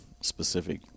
specific